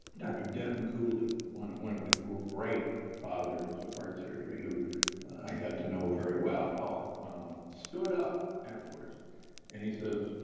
dr. denton cooley, one one of the great fathers of heart surgery who i got to know very well, ah stood up afterwards and he says,